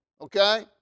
okay